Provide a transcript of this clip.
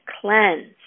cleanse